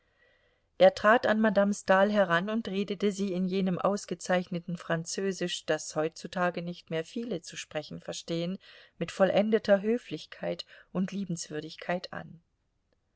er trat an madame stahl heran und redete sie in jenem ausgezeichneten französisch das heutzutage nicht mehr viele zu sprechen verstehen mit vollendeter höflichkeit und liebenswürdigkeit an